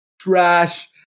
trash